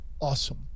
awesome